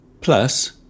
Plus